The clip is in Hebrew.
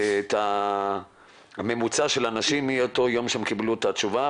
את הממוצע של האנשים מאותו יום שהם קיבלו את התשובה,